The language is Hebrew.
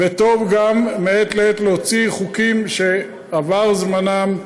וטוב גם מעת לעת להוציא חוקים שעבר זמנם,